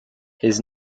his